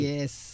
Yes